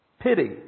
pity